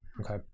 Okay